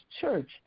church